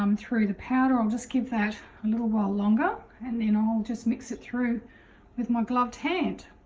um through the powder i'll just give that a little while longer and then ah i'll just mix it through with my gloved hand.